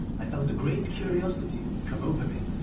i felt a great curiosity come over me.